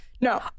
No